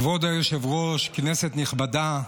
כבוד היושב-ראש, כנסת נכבדה,